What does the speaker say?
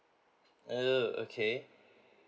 oh okay